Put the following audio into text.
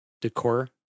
decor